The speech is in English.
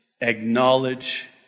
acknowledge